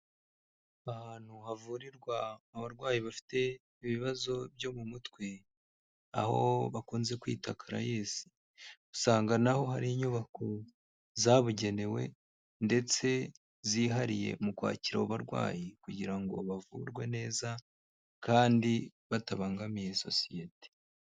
Ahantu havurirwa abarwayi bafite ibibazo byo mu mutwe, aho bakunze kwita CARAES, usanga naho hari inyubako zabugenewe ndetse zihariye mu kwakira abo barwayi kugira ngo bavurwe neza kandi batabangamiye sosiyete.